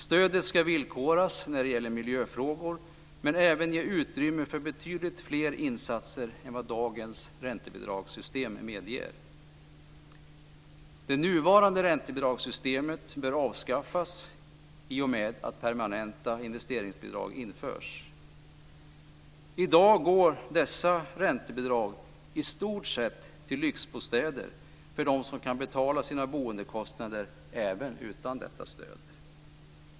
Stödet ska villkoras när det gäller miljöfrågor men även ge utrymme för betydligt fler insatser än vad dagens räntebidragssystem medger. Det nuvarande räntebidragssystemet bör avskaffas i och med att permanenta investeringsbidrag införs. I dag går dessa räntebidrag i stort sett till lyxbostäder för dem som kan betala sina boendekostnader även utan detta stöd.